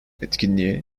etkinliğe